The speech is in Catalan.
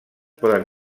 poden